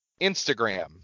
instagram